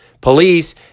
Police—